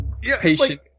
patient